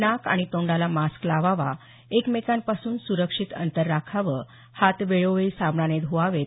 नाक आणि तोंडाला मास्क लावावा एकमेकांपासून सुरक्षित अंतर राखावं हात वेळोवेळी साबणाने धुवावेत